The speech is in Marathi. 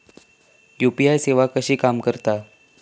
यू.पी.आय सेवा कशी काम करता?